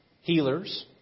healers